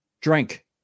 Drink